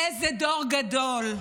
איזה דור גדול,